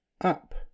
up